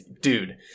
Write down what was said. Dude